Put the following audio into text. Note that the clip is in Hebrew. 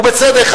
ובצדק,